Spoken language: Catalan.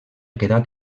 quedat